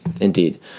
indeed